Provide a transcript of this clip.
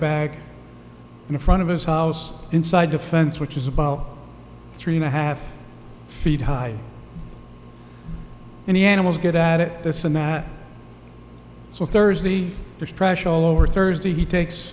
bag in front of his house inside the fence which is about three and a half feet high and the animals get at it this and that so thursday there's pressure all over thursday he takes